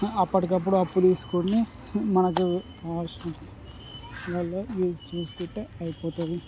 అప్పటికప్పుడు అప్పు తీసుకొని మనకు అవసరలలో యూజ్ చేసుకుంటే అయిపోతుంది